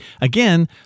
again